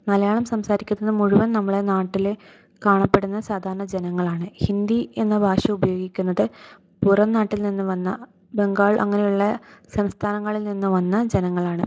മലയാളം സംസാരിക്കുന്നത് മുഴുവൻ നമ്മളെ നാട്ടിലെ കാണപ്പെടുന്ന സാധാരണ ജനങ്ങളാണ് ഹിന്ദി എന്ന ഭാഷ ഉപയോഗിക്കുന്നത് പുറം നാട്ടിൽ നിന്നും വന്ന ബംഗാൾ അങ്ങനെയുള്ള സംസ്ഥാനങ്ങളിൽ നിന്നു വന്ന ജനങ്ങളാണ്